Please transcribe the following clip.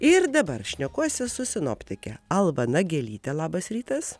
ir dabar šnekuosi su sinoptikė alma nagelytė labas rytas